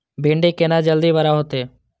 भिंडी केना जल्दी बड़ा होते?